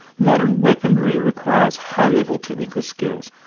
modern weaponry requires high-level technical skills,